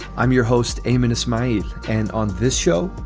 i'm your host. eight minutes my. and on this show,